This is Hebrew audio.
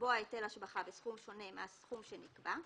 לקבוע היטל השבחה בסכום שונה מהסכום שנקבע,